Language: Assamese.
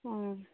অঁ